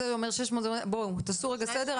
תעשו סדר.